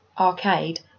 arcade